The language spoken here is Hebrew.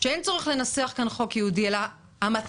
שאין צורך לנסח כאן חוק ייעודי אלא המטרה